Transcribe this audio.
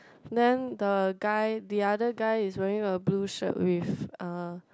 then the guy the other guy is wearing a blue shirt with uh